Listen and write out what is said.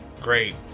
great